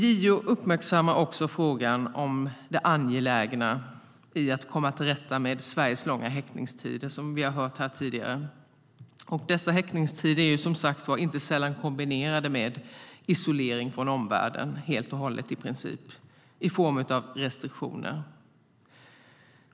JO uppmärksammar också frågan om det angelägna i att komma till rätta med Sveriges långa häktningstider, som vi har hört om här tidigare. Dessa häktningstider är som sagt var inte sällan kombinerade med isolering från omvärlden, i princip helt och hållet, i form av restriktioner.